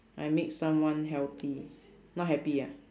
I make someone healthy not happy ah